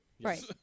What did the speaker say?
Right